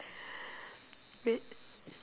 wait